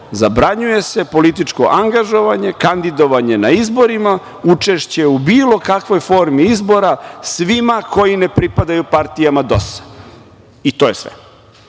zabranjuje se političko angažovanje, kandidovanje na izborima, učešće u bilo kakvoj formi izbora svima koji ne pripadaju partijama DOS-a. I to je sve.